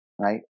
right